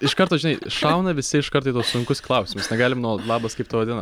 iš karto žinai šauna visi iš karto į tuos sunkus klausimus negalim nuo labas kaip tavo diena